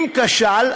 אם כשל,